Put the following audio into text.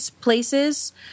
places